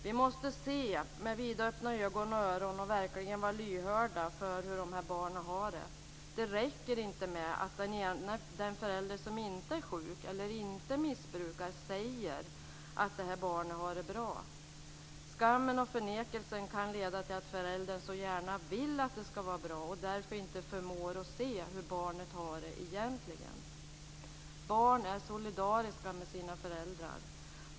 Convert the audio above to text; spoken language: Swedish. Vi måste se med vidöppna ögon och öron och verkligen vara lyhörda för hur barnen har det. Det räcker inte med att den förälder som inte är sjuk eller inte missbrukar säger att barnet har det bra. Skammen och förnekelsen kan leda till att föräldern så gärna vill att det ska vara bra och därför inte förmår att se hur barnet har det egentligen. Barn är solidariska med sina föräldrar.